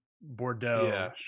Bordeaux